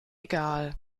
egal